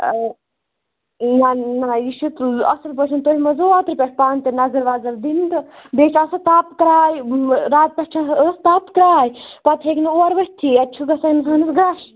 آ نہ نہ یہِ چھُ اَصٕل پٲٹھۍ تُہۍ مٔہ حظ ٲسوٕ اوترٕ پیٚٹھ پانہٕ تہِ نظر وَظر دِنہِ تہٕ بیٚیہِ چھِ آسان تاپہٕ کرٛاے راتہٕ پیٚٹھ چھِ أسۍ تاپہٕ کرٛاے پتہٕ ہیٚکہِ نہٕ اور ؤتۍتھٕے اتہِ چھُ گَژھان اِنسانَس غش